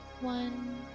one